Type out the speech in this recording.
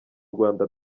rwanda